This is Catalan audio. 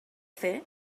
fer